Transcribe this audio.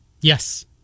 Yes